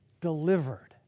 delivered